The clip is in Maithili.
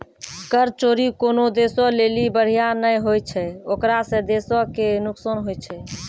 कर चोरी कोनो देशो लेली बढ़िया नै होय छै ओकरा से देशो के नुकसान होय छै